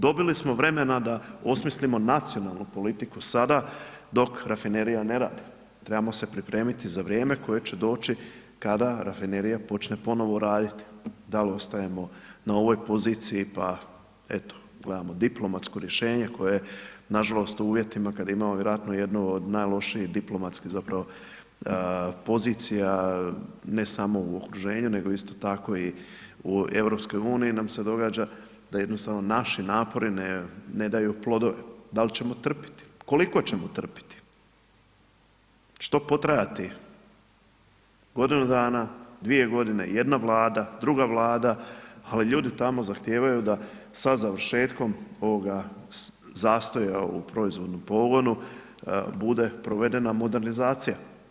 Dobili smo vremena da osmislimo nacionalnu politiku sada dok rafinerija ne radi, trebamo se pripremiti za vrijeme koje će doći kada rafinerija počne ponovno raditi, dal' ostajemo na ovoj poziciji pa eto gledamo diplomatsko rješenje koje nažalost u uvjetima kad imamo vjerojatno jednu od najlošijih diplomatskih zapravo pozicija ne samo u okruženju nego isto tako i u Europskoj uniji, nam se događa da jednostavno naši napori ne daju plodove, dal' ćemo trpiti, koliko ćemo trpiti, hoće to potrajati godinu dana, dvije godine, jedna Vlada, druga Vlada, ali ljudi tamo zahtijevaju da sa završetkom ovoga zastoja u proizvodnom pogonu bude provedena modernizacija.